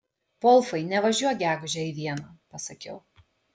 volfai nevažiuok gegužę į vieną pasakiau